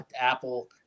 Apple